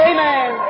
Amen